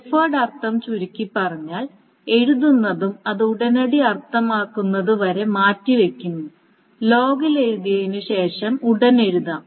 deferred അർത്ഥം ചുരുക്കിപ്പറഞ്ഞാൽ എഴുതുന്നതും അത് ഉടനടി അർത്ഥമാക്കുന്നതുവരെ മാറ്റിവയ്ക്കുന്നു ലോഗിൽ എഴുതിയതിനുശേഷം ഉടൻ എഴുതാം